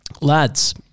lads